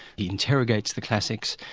he interrogates the classics,